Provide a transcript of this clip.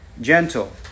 gentle